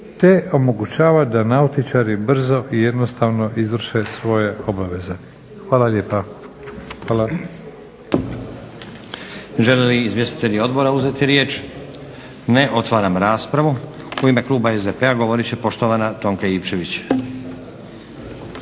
te omogućava da nautičari brzo i jednostavno izvrše svoje obaveze. Hvala lijepa.